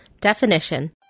Definition